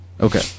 Okay